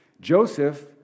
Joseph